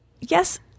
Yes